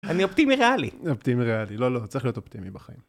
אני אופטימי ריאלי. אופטימי ריאלי, לא, לא, צריך להיות אופטימי בחיים.